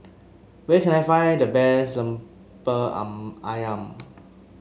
where can I find the best Lemper ayam